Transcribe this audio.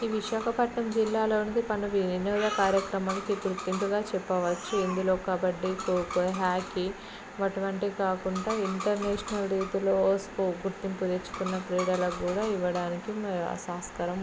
ఈ విశాఖపట్నం జిల్లాలోని పలు వినోద కార్యక్రమాలకి గుర్తింపుగా చెప్పవచ్చు ఇందులో కబడ్డీ ఖోఖో హాకీ అటువంటివి కాకుండా ఇంటర్నేషనల్ రీతిలో స్కోపు గుర్తింపు తెచ్చుకున్న క్రీడలకు కూడా ఇవ్వడానికి మేమము ఆస్కారం